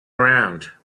around